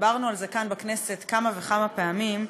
ודיברנו על זה כאן בכנסת כמה וכמה פעמים,